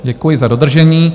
Děkuji za dodržení.